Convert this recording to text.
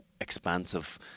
expansive